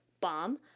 bomb